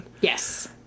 Yes